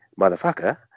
Motherfucker